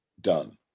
done